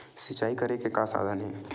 सिंचाई करे के का साधन हे?